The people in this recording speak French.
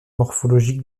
morphologiques